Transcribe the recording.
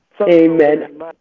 Amen